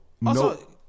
no